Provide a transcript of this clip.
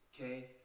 okay